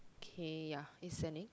K ya is sending